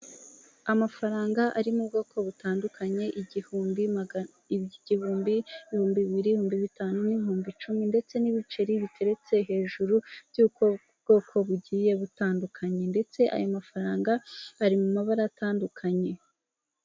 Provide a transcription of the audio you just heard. Amafaranga ari mu bwoko butandukanye igihumbi magana igihumbi, ibihumbi bibiri, ibihumbi bitanu n'ibihumbi icumi ndetse n'ibiceri biteretse hejuru y'ubwo bwoko bugiye butandukanye ndetse ayo mafaranga ari mu mabara atandukanye.